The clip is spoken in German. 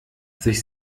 sich